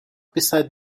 beside